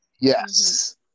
Yes